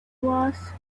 was